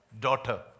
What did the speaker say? daughter